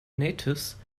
natives